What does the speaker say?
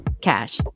Cash